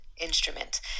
instrument